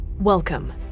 Welcome